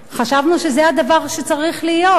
חשבנו שזה הדבר שצריך להיות.